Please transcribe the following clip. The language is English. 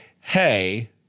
hey